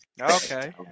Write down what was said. Okay